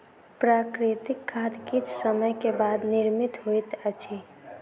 प्राकृतिक खाद किछ समय के बाद निर्मित होइत अछि